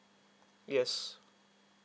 yes